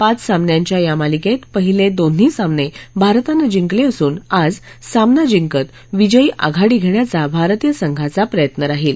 पाच सामन्यांच्या या मालिकेत पहिले दोन्ही सामने भारतानं जिंकले असून आज सामना जिंकत विजयी आघाडी घेण्याचा भारतीय संघाचा प्रयत्न राहील